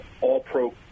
All-Pro